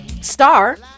star